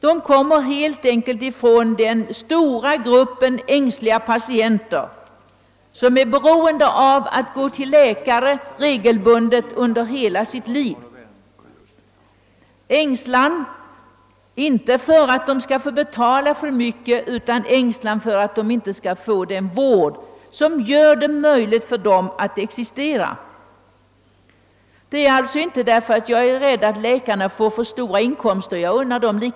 De kommer helt enkelt från den stora gruppen ängsliga patienter som är beroenda av kontakt med läkare regelbundet under hela sitt liv. Dessa människor hyser ängslan, inte för att de får betala för mycket i dag, utan för att de inte skall få den vård som gör det möjligt för dem att existera. Jag är alltså inte bekymrad för att läkarna inte skall få tillräckligt stora inkomster — jag unnar dem f.ö.